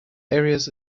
areas